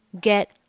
Get